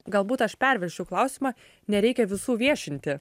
galbūt aš perversčiau klausimą nereikia visų viešinti